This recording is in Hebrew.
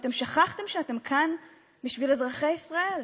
ואתם שכחתם שאתם כאן בשביל אזרחי ישראל.